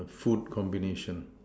food combination